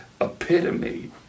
epitome